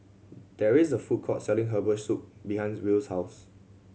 there is a food court selling herbal soup behind Will's house